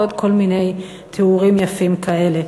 ועוד כל מיני תיאורים יפים כאלה.